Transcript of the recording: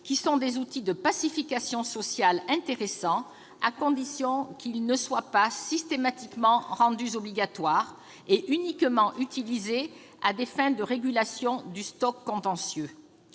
qui sont des outils de pacification sociale intéressants, à condition qu'ils ne soient pas systématiquement rendus obligatoires ni uniquement utilisés afin de réguler le stock de contentieux.